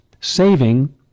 Saving